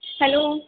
hello